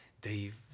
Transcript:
Dave